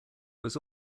was